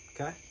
Okay